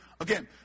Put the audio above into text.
Again